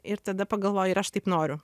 ir tada pagalvoji ir aš taip noriu